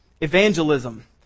evangelism